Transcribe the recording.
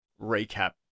recap